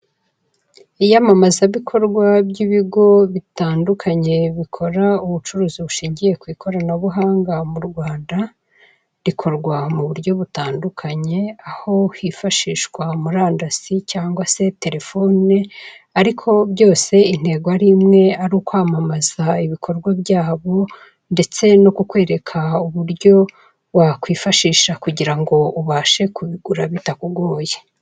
Iyamamaza bikorwa by'ibigo bitandukanye bikora ubucuruzi bushingiye ku ikoranabuhanga mu Rwanda, rikorwa mu buryo butandukanye aho byifashishwa murandasi cyangwa se telefone, ariko byose intego ari imwe ari ukwamamaza ibikorwa byabo, ndetse no kukwereka uburyo wakwifashisha kugira ngo ubashe kubigura bitakugoye.